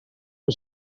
que